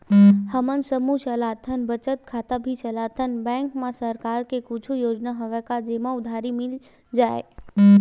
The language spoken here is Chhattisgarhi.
हमन समूह चलाथन बचत खाता भी चलाथन बैंक मा सरकार के कुछ योजना हवय का जेमा उधारी मिल जाय?